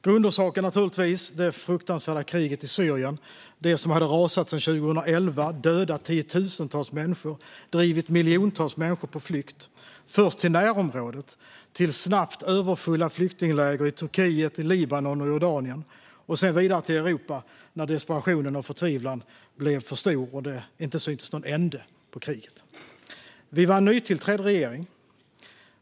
Grundorsaken är naturligtvis det fruktansvärda kriget i Syrien - det som hade rasat sedan 2011 och dödat tiotusentals människor och drivit miljontals människor på flykt först till närområdet, till snabbt överfulla flyktingläger i Turkiet, Libanon och Jordanien och sedan vidare till Europa när desperationen och förtvivlan blev för stor och det inte syntes någon ände på kriget. Vi var en nytillträdd regering.